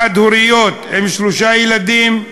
חד-הוריות עם שלושה ילדים,